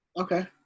Okay